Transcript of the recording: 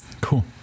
Cool